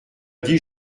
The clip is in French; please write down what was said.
dit